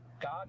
God